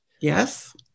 Yes